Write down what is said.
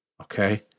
Okay